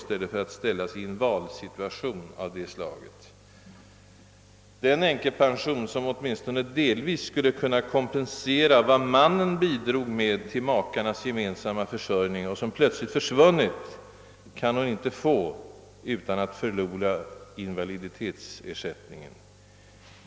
Skall hon behöva ställas i en valsituation av det slaget? Den änkepension som åtminstone delvis skulle kunna kompensera vad mannen bidrog med till makarnas gemensamma försörjning kan hon inte få utan att förlora invaliditetsersättningen.